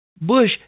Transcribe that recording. Bush